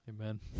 Amen